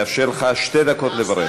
אני מאפשר לך שתי דקות לברך.